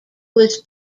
was